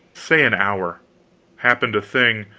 say an hour happened a thing,